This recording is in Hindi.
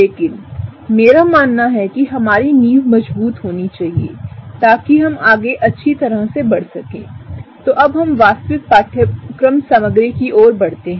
लेकिन मेरा मानना है कि हमारी नींव मजबूत होनी चाहिए ताकिहम आगे अच्छी तरह से बढ़ सके तो अब हम वास्तविक पाठ्यक्रम सामग्री की ओर बढ़ते हैं